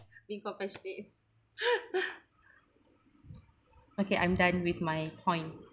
being compassionate okay I'm done with my point